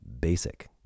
basic